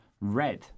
red